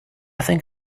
think